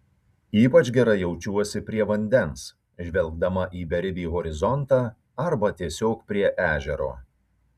ypač gerai jaučiuosi prie vandens žvelgdama į beribį horizontą arba tiesiog prie ežero